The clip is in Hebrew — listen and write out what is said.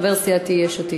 חבר סיעתי, יש עתיד.